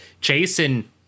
jason